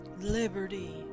liberty